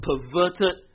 perverted